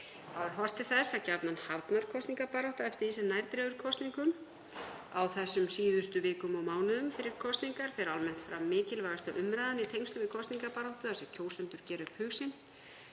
er horft til þess að gjarnan harðnar kosningabarátta eftir því sem nær dregur kosningum. Á þessum síðustu vikum og mánuðum fyrir kosningar fer almennt fram mikilvægasta umræðan í tengslum við kosningabaráttu þar sem kjósendur gera upp